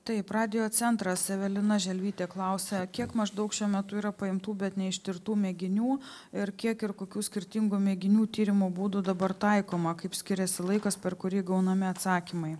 taip radijo centras evelina želvytė klausia kiek maždaug šiuo metu yra paimtų bet neištirtų mėginių ir kiek ir kokių skirtingų mėginių tyrimo būdų dabar taikoma kaip skiriasi laikas per kurį gaunami atsakymai